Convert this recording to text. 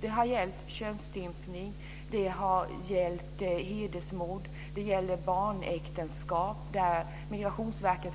Det har gällt könsstympning, hedersmord, barnäktenskap. Migrationsverket